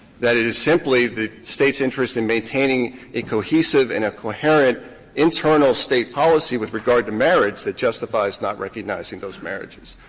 that it is simply the state's interest in maintaining a cohesive and a coherent internal state policy with regard to marriage that justifies not recognizing those marriages.